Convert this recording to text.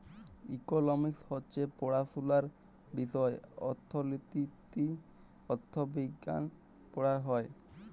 economics হছে পড়াশুলার বিষয় অথ্থলিতি, অথ্থবিজ্ঞাল পড়াল হ্যয়